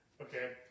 Okay